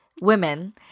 Women